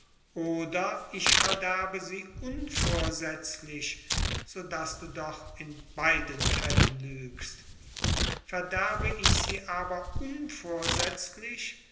oder ich verderbe sie unvorsätzlich so daß du doch in beiden fällen lügst verderbe ich sie aber